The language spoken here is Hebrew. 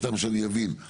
סתם שאני אבין,